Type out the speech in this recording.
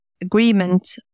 agreement